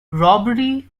robbery